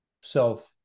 self